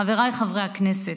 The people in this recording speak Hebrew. חבריי חברי הכנסת,